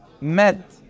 met